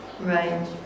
Right